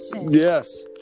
Yes